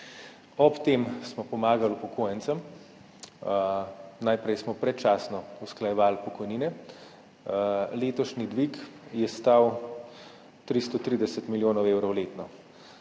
Ob tem smo pomagali upokojencem. Najprej smo predčasno usklajevali pokojnine. Letošnji dvig je stal 330 milijonov evrov letno.